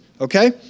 okay